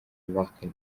martin